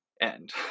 end